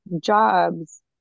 jobs